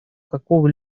какого